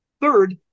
Third